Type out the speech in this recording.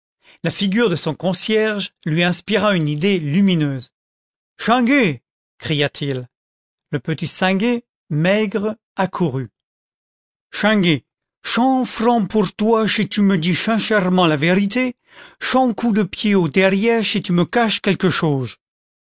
la figure de son concierge lui inspira une idée lumineuse chinguet cria-t-il le petit singuet maigre accourut content from google book search generated at ê chinguet chent francs pour toi chi tut me dit chinchèrement la vérité chent coups de pied au derrière chi tu me caches quelque choge